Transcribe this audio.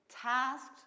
tasked